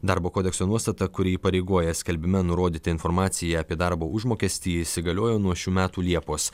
darbo kodekso nuostata kuri įpareigoja skelbime nurodyti informaciją apie darbo užmokestį įsigaliojo nuo šių metų liepos